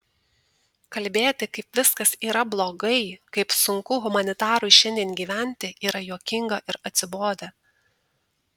kalbėti kaip viskas yra blogai kaip sunku humanitarui šiandien gyventi yra juokinga ir atsibodę